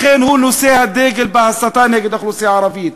לכן הוא נושא הדגל בהסתה נגד האוכלוסייה הערבית.